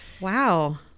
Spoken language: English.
wow